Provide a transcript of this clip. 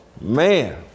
Man